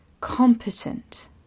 competent